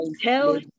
Tell